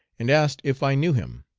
and asked if i knew him.